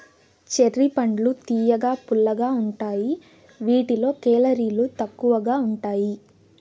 cherry పండ్లు తియ్యగా, పుల్లగా ఉంటాయి వీటిలో కేలరీలు తక్కువగా ఉంటాయి